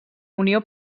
unió